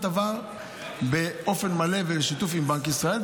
עבר באופן מלא ובשיתוף עם בנק ישראל,